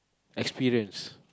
experience